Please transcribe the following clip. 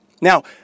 Now